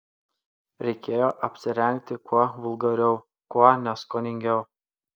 reikėjo apsirengti kuo vulgariau kuo neskoningiau